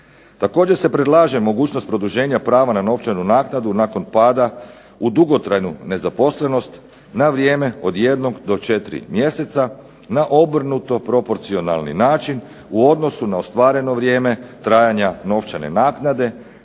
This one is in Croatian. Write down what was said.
Također se predlaže mogućnost produženja prava na novčanu naknadu nakon pada u dugotrajnu nezaposlenost na vrijeme od jednog do 4 mjeseca na obrnuto proporcionalni način u odnosu na ostvareno vrijeme trajanja novčane naknade